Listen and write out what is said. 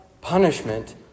punishment